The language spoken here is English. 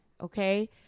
okay